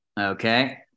Okay